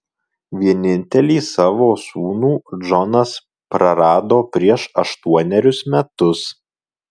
vienintelį savo sūnų džonas prarado prieš aštuonerius metus